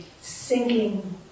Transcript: sinking